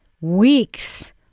weeks